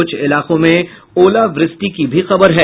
कुछ इलाकों में ओलावृष्टि की भी खबर है